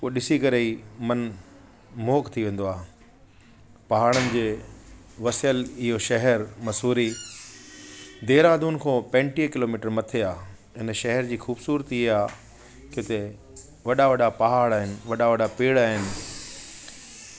उहो ॾिसी करे ई मन मोहक थी वेंदो आहे पाहाड़नि जे वसियल इहो शहरु मसूरी देहरादून खों पंजुटीह किलोमीटर मथे आहे हिन शहर जी ख़ूबसूरती आ किते वॾा वॾा पहाड़ आहिनि वॾा वॾा पेड़ आहिनि